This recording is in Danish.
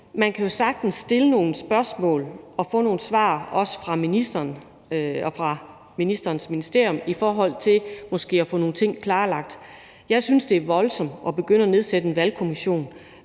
at man jo sagtens kan stille nogle spørgsmål og få nogle svar, også fra ministeren og fra ministerens ministerium, i forhold til måske at få nogle ting klarlagt. Jeg synes, det er voldsomt at begynde at nedsætte en valgkommission,